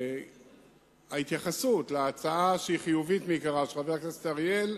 ההתייחסות להצעה של חבר הכנסת אריאל,